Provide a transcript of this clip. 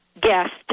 guest